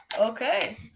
Okay